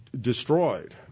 destroyed